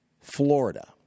Florida